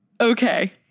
Okay